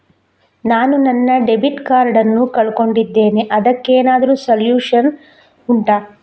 ನಾನು ನನ್ನ debit card ನ್ನು ಕಳ್ಕೊಂಡಿದ್ದೇನೆ ಅದಕ್ಕೇನಾದ್ರೂ ಸೊಲ್ಯೂಷನ್ ಉಂಟಾ